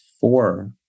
four